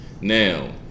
Now